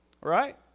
Right